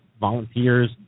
volunteers